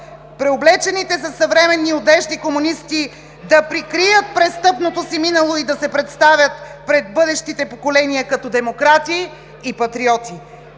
преоблечените със съвременни одежди комунисти да прикрият престъпното си минало и да се представят пред бъдещите поколения като демократи и патриоти.